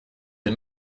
des